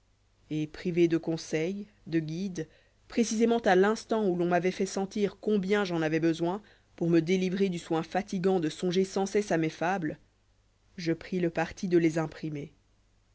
et privé de conseil de guide précisément à l'instant où l'on m'avoit fait sentir combien j'en avois besoin pour me délivrer du soin fatigant de songer sans cesse à mes fables je pris le parti de les imprimer